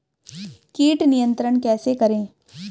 कीट नियंत्रण कैसे करें?